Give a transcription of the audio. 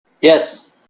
Yes